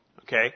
Okay